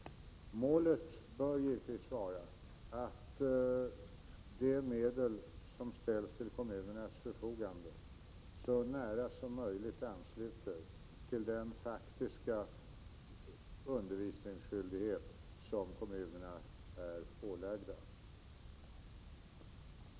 Målet bör givetvis vara att de medel som ställs till kommunernas förfogande så nära som möjligt ansluter till den faktiska undervisningsskyldighet som kommunerna är ålagda.